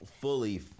fully